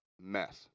mess